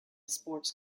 sports